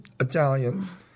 Italians